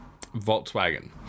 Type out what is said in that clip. Volkswagen